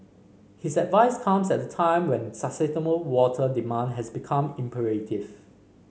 his advice comes at a time when sustainable water demand has become imperative